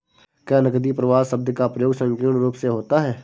क्या नकदी प्रवाह शब्द का प्रयोग संकीर्ण रूप से होता है?